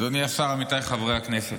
אדוני היושב-ראש, אדוני השר, עמיתיי חברי הכנסת,